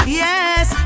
yes